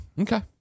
Okay